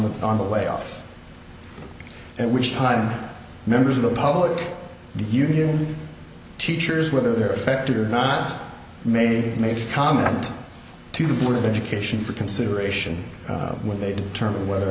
the on the way off and which time members of the public union teachers whether they're affected or not maybe made a comment to the board of education for consideration when they determine whether or